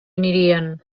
anirien